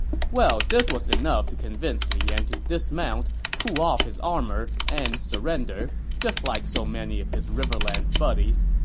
well, this was enough to convince li yan to dismount, pull off his armor, and surrender, just like so many of his riverlands buddies.